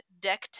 deck